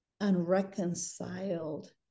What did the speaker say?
unreconciled